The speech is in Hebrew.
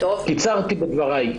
קיצרתי בדבריי.